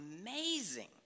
Amazing